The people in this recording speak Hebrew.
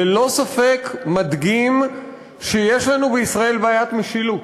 ללא ספק מדגים שיש לנו בישראל בעיית משילות.